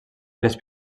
les